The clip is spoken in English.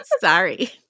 sorry